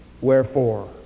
Wherefore